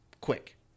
quick